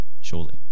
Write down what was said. surely